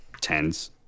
tens